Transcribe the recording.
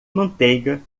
manteiga